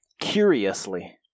curiously